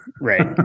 right